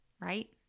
right